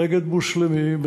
ונגד מוסלמים,